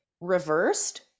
reversed